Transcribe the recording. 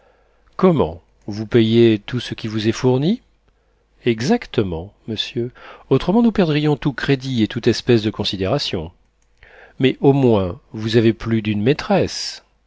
comment vous payez tout ce qui vous est fourni exactement monsieur autrement nous perdrions tout crédit et toute espèce de considération mais au moins vous avez plus d'une maîtresse